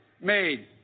made